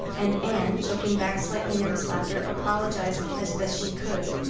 and anne, choking back slightly nervous laughter, apologized as best she could.